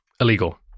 illegal